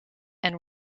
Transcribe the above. and